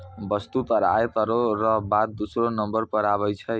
वस्तु कर आय करौ र बाद दूसरौ नंबर पर आबै छै